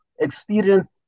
experience